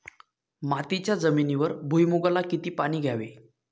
मातीच्या जमिनीवर भुईमूगाला किती पाणी द्यावे?